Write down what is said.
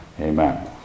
amen